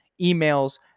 emails